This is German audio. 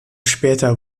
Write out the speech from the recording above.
später